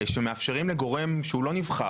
שמאפשרים לגורם שהוא לא נבחר,